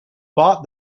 bought